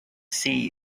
see